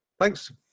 Thanks